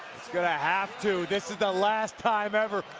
it's gonna have to. this is the last time ever.